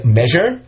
measure